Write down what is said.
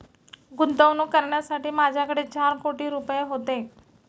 गुंतवणूक करण्यासाठी माझ्याकडे चार कोटी रुपये होते